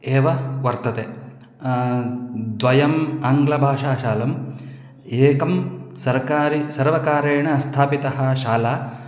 एव वर्तते द्वयम् आङ्ग्लभाषाशालम् एकं सर्कारी सर्वकारेण स्थापितः शाला